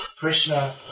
Krishna